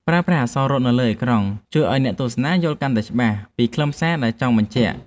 ប្រើប្រាស់អក្សររត់នៅលើអេក្រង់ជួយឱ្យអ្នកទស្សនាយល់កាន់តែច្បាស់ពីខ្លឹមសារដែលចង់បញ្ជាក់។